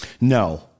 no